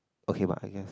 okay what I guess